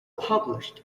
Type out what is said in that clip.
published